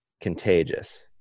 contagious